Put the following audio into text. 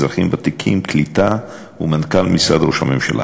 אזרחים ותיקים והקליטה ומנכ"ל משרד ראש הממשלה.